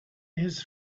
his